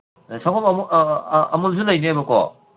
ꯁꯪꯒꯣꯝ ꯑꯃꯨꯜꯁꯨ ꯂꯩꯅꯦꯕꯀꯣ